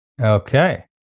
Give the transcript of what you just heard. Okay